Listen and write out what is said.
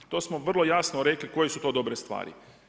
To smo vrlo jasno rekli koje su to dobre stvari.